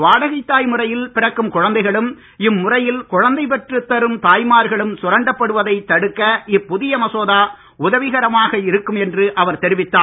வாடகை தாய் முறையில் பிறக்கும் குழந்தைகளும் இம்முறையில் குழந்தை பெற்றுத் தரும் தாய்மார்களும் சுரண்டப்படுவதை தடுக்க இப்புதிய மசோதா உதவிகரமாக இருக்கும் என்று அவர் தெரிவித்தார்